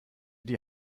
die